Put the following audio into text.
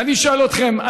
ואני שואל אתכם,